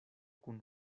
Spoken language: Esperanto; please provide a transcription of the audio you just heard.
kun